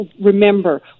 remember